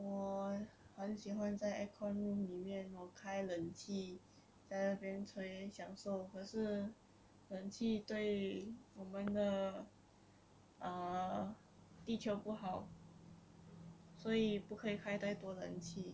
我很喜欢在 aircon room 里面 hor 开冷气在那边抽烟享受可是冷气对我们的 err 地球不好所以不可以开太多冷气